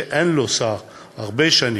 שאין לו שר הרבה שנים,